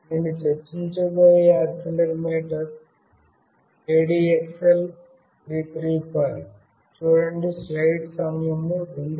నేను చర్చించబోయే accelerometer ADXL 335